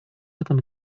этом